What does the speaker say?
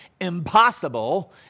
impossible